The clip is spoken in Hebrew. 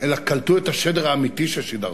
אלא קלטו את השדר האמיתי ששידרתם,